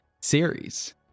series